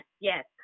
yes